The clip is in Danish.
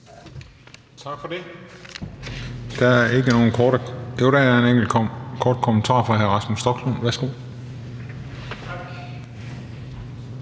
Tak for det.